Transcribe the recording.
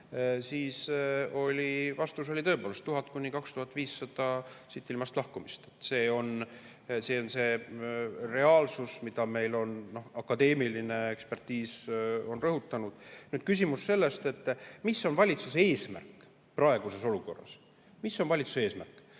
siis oli vastus tõepoolest selline: 1000–2500 siitilmast lahkumist. See on reaalsus, mida on akadeemiline ekspertiis rõhutanud. Nüüd küsimus sellest, mis on valitsuse eesmärk praeguses olukorras. Mis on valitsuse eesmärk?